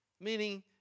meaning